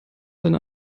deine